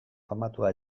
famatua